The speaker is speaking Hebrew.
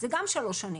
זה גם שלוש שנים.